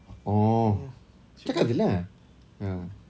oh cakap jer lah ya